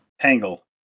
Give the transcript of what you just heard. Tangle